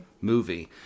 movie